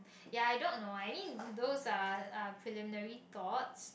ya I don't know I mean those are are preliminary thoughts